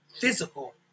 physical